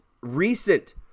recent